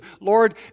Lord